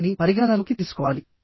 ఈ విధంగా మనం కనుక్కోవాలి